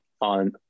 on